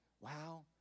wow